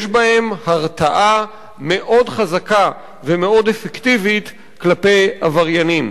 יש בהם הרתעה מאוד חזקה ומאוד אפקטיבית כלפי עבריינים.